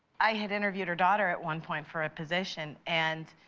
i had interviewed her daughter at one point for a position, and,